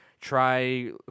try